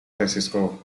francisco